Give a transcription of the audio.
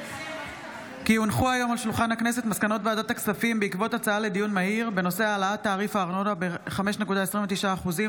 הוועדה המוסמכת לדון בהצעת החוק גם היא ועדת העבודה והרווחה.